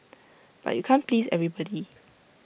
but you can't please everybody